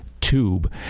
Tube